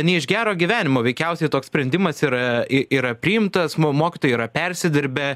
ne iš gero gyvenimo veikiausiai toks sprendimas yra i yra priimtas mum mokytojai yra persidirbę